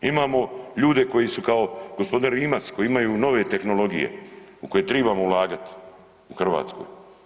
Imamo ljude koji su kao gospodin Rimac koji imaju nove tehnologije u koje tribamo ulagati u Hrvatskoj.